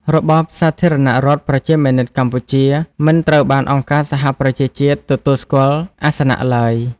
របបសាធារណរដ្ឋប្រជាមានិតកម្ពុជា មិនត្រូវបានអង្គការសហប្រជាជាតិទទួលស្គាល់អាសនៈឡើយ។